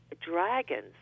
dragons